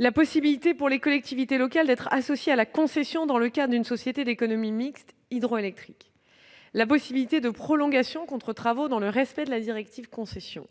la possibilité pour les collectivités territoriales d'être associées à la concession dans le cadre d'une société d'économie mixte hydroélectrique ; la possibilité de prolongations contre travaux dans le respect de la directive Concession